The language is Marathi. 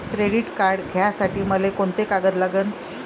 क्रेडिट कार्ड घ्यासाठी मले कोंते कागद लागन?